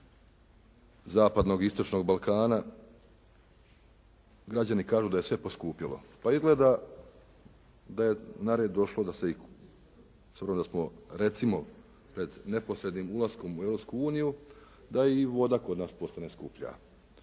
zapadnog i istočnog Balkana građani kažu da je sve poskupjelo. Pa izgleda da je na red došlo da se s obzirom da smo recimo pred neposrednim ulaskom u Europsku uniju da i voda kod nas postane skuplja.